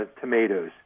tomatoes